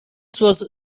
was